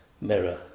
mirror